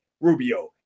Rubio